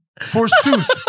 Forsooth